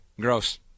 Gross